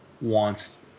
wants